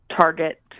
target